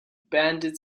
banded